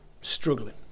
struggling